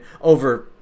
over